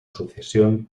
sucesión